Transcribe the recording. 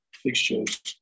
Fixtures